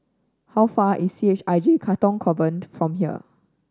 how far away is C H I J Katong Convent from here